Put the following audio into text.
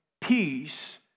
peace